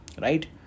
Right